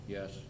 Yes